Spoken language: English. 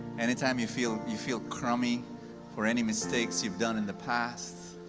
anytime you feel you feel crummy for any mistakes you've done in the past,